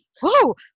Whoa